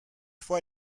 fois